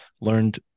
learned